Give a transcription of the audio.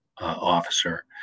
officer